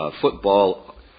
football